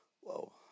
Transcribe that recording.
Whoa